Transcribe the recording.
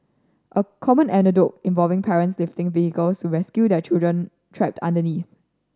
a common anecdote involving parents lifting vehicles to rescue their children trapped underneath